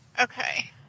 Okay